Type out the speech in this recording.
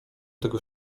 tego